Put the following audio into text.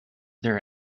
there